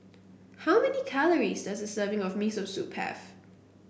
how many calories does a serving of Miso Soup have